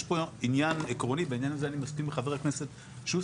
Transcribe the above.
יש פה עניין עקרוני ובעניין הזה אני מסכים עם חבר הכנסת שוסטר,